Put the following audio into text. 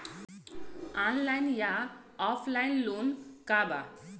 Online या offline loan का बा?